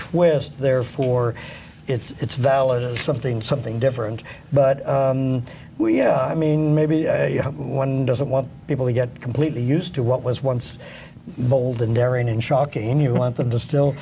twist therefore it's valid as something something different but yeah i mean maybe one doesn't want people to get completely used to what was once bold and daring and shocking and you want them to still